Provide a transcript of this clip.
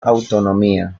autonomía